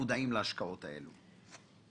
מודעים להשקעות האלו?